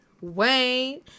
Wayne